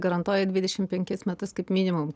garantuoja dvidešim penkis metus kaip minimum